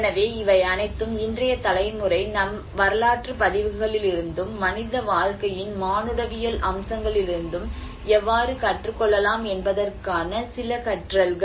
எனவே இவை அனைத்தும் இன்றைய தலைமுறை நம் வரலாற்று பதிவுகளிலிருந்தும் மனித வாழ்க்கையின் மானுடவியல் அம்சங்களிலிருந்தும் எவ்வாறு கற்றுக்கொள்ளலாம் என்பதற்கான சில கற்றல்கள்